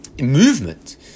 movement